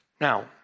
Now